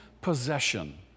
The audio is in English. possession